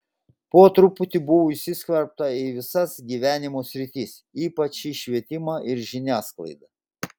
po truputį buvo įsiskverbta į visas gyvenimo sritis ypač į švietimą ir žiniasklaidą